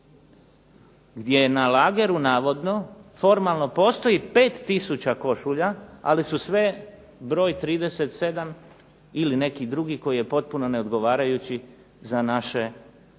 gdje je na lageru navodno formalno postoji 5000 košulja ali su sve broj 37 ili neki drugi koji je potpuno neodgovarajući za naše momke